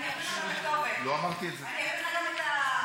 לא אמרתי את זה, אני אביא לך גם את הכתובת.